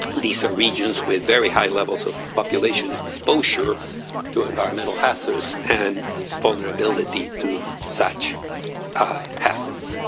these regions with very high levels of population exposure to environmental hazards and vulnerability to such ah hazards.